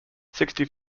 sixty